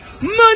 Money